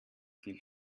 viel